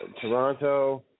Toronto